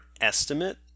estimate